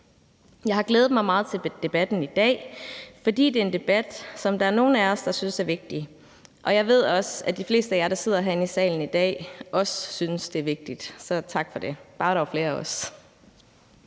Jeg har glædet mig meget til debatten i dag, fordi det er en debat, der er nogle af os, som synes er vigtig. Og jeg ved også, at de fleste af jer, der sidder herinde i salen i dag, også synes, det er vigtigt. Så tak for det. Bare der var flere af os.